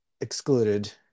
excluded